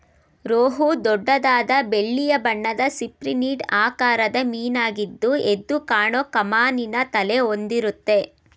ರೋಹು ದೊಡ್ಡದಾದ ಬೆಳ್ಳಿಯ ಬಣ್ಣದ ಸಿಪ್ರಿನಿಡ್ ಆಕಾರದ ಮೀನಾಗಿದ್ದು ಎದ್ದುಕಾಣೋ ಕಮಾನಿನ ತಲೆ ಹೊಂದಿರುತ್ತೆ